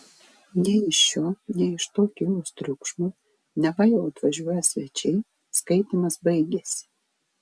nei iš šio nei iš to kilus triukšmui neva jau atvažiuoją svečiai skaitymas baigėsi